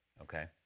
okay